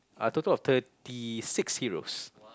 uh total of thirty six heroes